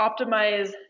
optimize